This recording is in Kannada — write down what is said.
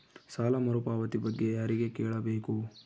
ಸಾಲ ಮರುಪಾವತಿ ಬಗ್ಗೆ ಯಾರಿಗೆ ಕೇಳಬೇಕು?